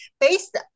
based